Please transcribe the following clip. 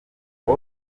ngo